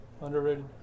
underrated